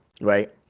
right